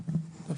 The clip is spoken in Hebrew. מילים?